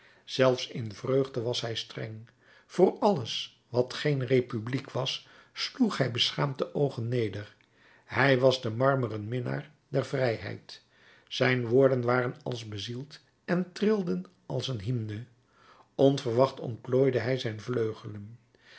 zelfs in vreugde was hij streng voor alles wat geen republiek was sloeg hij beschaamd de oogen neder hij was de marmeren minnaar der vrijheid zijn woorden waren als bezield en trilden als een hymne onverwacht ontplooide hij zijn vleugelen